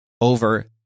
over